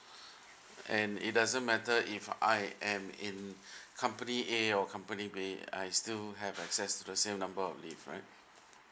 and it doesn't matter if I am in company a or company b I still have access to the same number of leave right